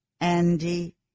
Andy